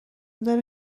دارد